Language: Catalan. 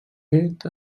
fet